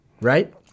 Right